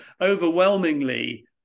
Overwhelmingly